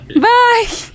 Bye